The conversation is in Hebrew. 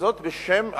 וזאת בשם החוק.